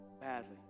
Badly